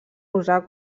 usar